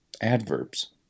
Adverbs